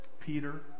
Peter